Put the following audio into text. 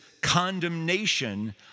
condemnation